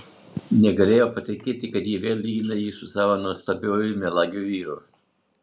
negalėjo patikėti kad ji vėl lygina jį su savo nuostabiuoju melagiu vyru